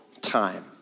time